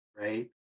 right